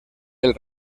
del